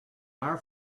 our